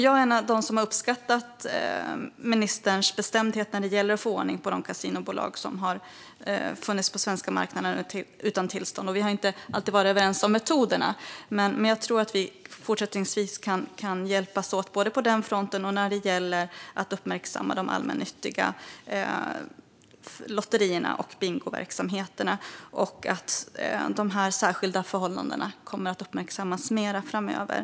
Jag är en av dem som har uppskattat ministerns bestämdhet när det gäller att få ordning på de kasinobolag som har funnits på den svenska marknaden utan tillstånd. Vi har inte alltid varit överens om metoderna. Men jag tror att vi fortsättningsvis kan hjälpas åt både på den fronten och när det gäller att uppmärksamma de allmännyttiga lotterierna och bingoverksamheterna, så att de särskilda förhållandena kommer att uppmärksammas mer framöver.